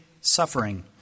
suffering